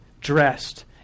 dressed